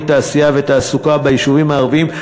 תעשייה ותעסוקה ביישובים הערביים",